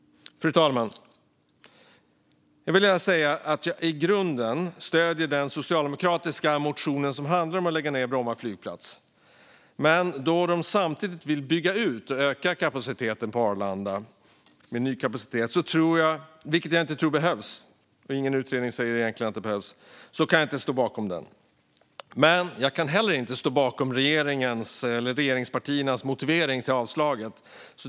Fru talman! Jag stöder i grunden den socialdemokratiska motion som handlar om att lägga ned Bromma flygplats. Men då de samtidigt vill bygga ut och öka kapaciteten på Arlanda, vilket enligt mig inte behövs - ingen utredning säger egentligen att det behövs - kan jag inte ställa mig bakom den. Jag kan heller inte ställa mig bakom regeringspartiernas motivering till avslag.